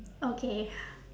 okay